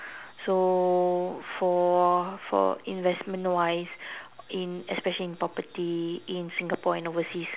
so for for investment wise in especially in property in Singapore and overseas